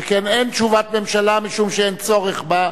שכן אין תשובת ממשלה משום שאין צורך בה.